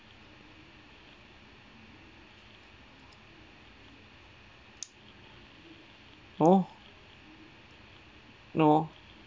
oh no